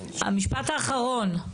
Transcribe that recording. המשפט האחרון.